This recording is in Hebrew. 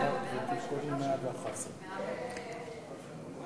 הצעת ועדת הכנסת לתיקון סעיף 117(ב)